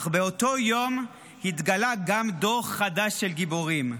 אך באותו יום התגלה גם דור חדש של גיבורים,